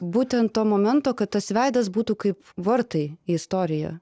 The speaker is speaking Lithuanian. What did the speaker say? būtent to momento kad tas veidas būtų kaip vartai į istoriją